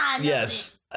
Yes